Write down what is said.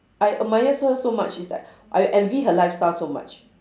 I admire her so much is like I envy her lifestyle so much